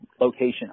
location